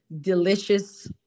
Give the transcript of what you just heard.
delicious